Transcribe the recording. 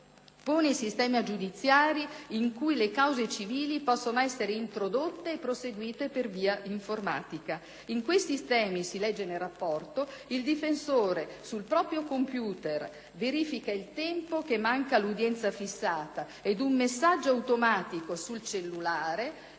pone i sistemi giudiziari in cui le cause civili possono essere introdotte e proseguite per via informatica. In quei sistemi, si legge nel rapporto, il difensore verifica sul proprio computer il tempo che manca all'udienza fissata e un messaggio automatico sul cellulare